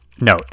Note